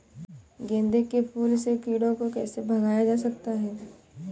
गेंदे के फूल से कीड़ों को कैसे भगाया जा सकता है?